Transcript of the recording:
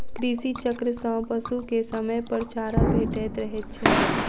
कृषि चक्र सॅ पशु के समयपर चारा भेटैत रहैत छै